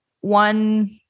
One